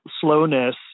slowness